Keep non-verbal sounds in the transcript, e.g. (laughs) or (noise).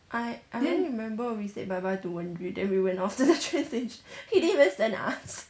I I don't remember we said bye bye to wenxuan then we went off to the train station (laughs) he didn't even send us